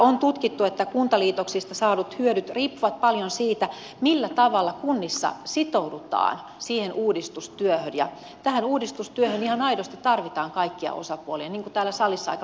on tutkittu että kuntaliitoksista saadut hyödyt riippuvat paljon siitä millä tavalla kunnissa sitoudutaan siihen uudistustyöhön ja tähän uudistustyöhön ihan aidosti tarvitaan kaikkia osapuolia niin kuin täällä salissa aika moni on jo päässyt sanomaan